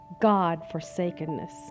God-forsakenness